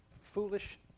foolish